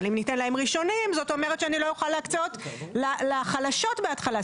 אבל אם ניתן להן ראשונות זאת אומרת שלא נוכל להקצות לחלשות בהתחלה.